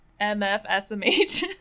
MFSMH